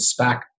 SPAC